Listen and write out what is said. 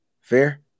Fair